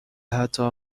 حتی